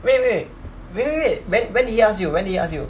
wait wait wait wait wait when did he ask you when did he ask you